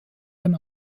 dann